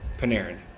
Panarin